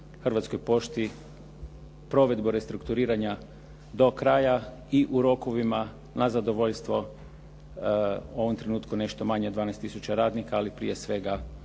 Hrvatskoj pošti provedbu restrukturiranja do kraja i u rokovima na zadovoljstvo u ovom trenutku nešto manje od 12 tisuća radnika, ali prije svega